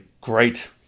great